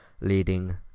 leading